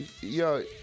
Yo